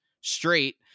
straight